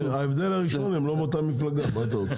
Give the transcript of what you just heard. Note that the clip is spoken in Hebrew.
ההבדל הראשון הם לא באותה מפלגה מה אתה רוצה.